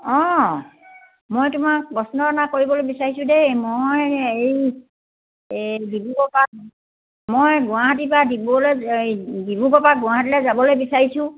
অঁ মই তোমাক প্ৰশ্ন এটা কৰিবলৈ বিচাৰিছোঁ দেই মই হেৰি এই ডিব্ৰুগড়ৰপৰা মই গুৱাহাটীৰপৰা ডিব্ৰুগড়লৈ হেৰি ডিব্ৰুগৰৰপৰা গুৱাহাটীলৈ যাবলৈ বিচাৰিছোঁ